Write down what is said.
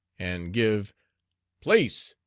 and give place,